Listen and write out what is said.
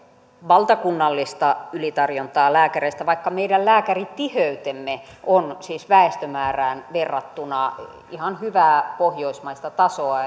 valtakunnallista ylitarjontaa lääkäreistä vaikka meidän lääkäritiheytemme on väestömäärään verrattuna ihan hyvää pohjoismaista tasoa